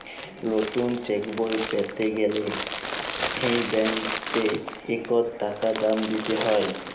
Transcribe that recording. লতুল চ্যাকবই প্যাতে গ্যালে হুঁ ব্যাংকটতে ইকট টাকা দাম দিতে হ্যয়